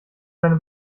seine